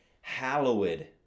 hallowed